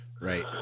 right